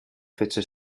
fece